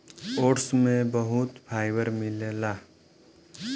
oats में बहुत fibre मिलेला